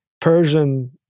Persian